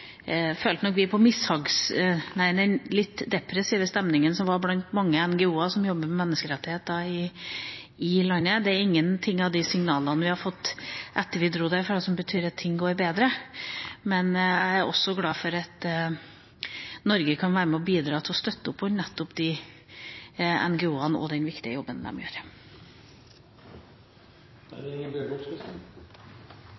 vi nok den litt depressive stemningen som var blant mange NGO-er som jobber med menneskerettigheter i landet. Det er ingenting ved de signalene vi har fått etter at vi dro derfra, som tyder på at det går bedre. Så jeg er glad for at Norge kan være med og bidra til å støtte opp under de NGO-ene og den viktige jobben de gjør. Jeg vil også takke for interpellasjonen. Dette er